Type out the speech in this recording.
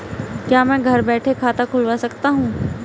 क्या मैं घर बैठे खाता खुलवा सकता हूँ?